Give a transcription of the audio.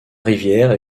rivière